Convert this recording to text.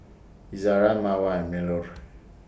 Izara Mawar and Melur